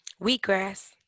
Wheatgrass